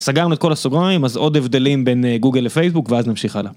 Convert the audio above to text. סגרנו את כל הסוגריים אז עוד הבדלים בין גוגל לפייסבוק ואז נמשיך הלאה.